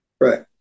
right